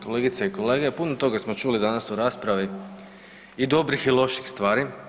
Kolegice i kolege puno toga smo čuli danas u raspravi i dobrih i loših stvari.